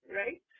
right